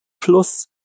plus